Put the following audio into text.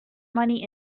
money